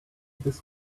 this